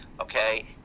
okay